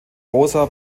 rosa